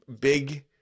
big